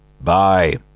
bye